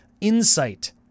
Insight